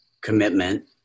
commitment